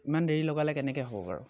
ইমান দেৰি লগালে কেনেকৈ হ'ব বাৰু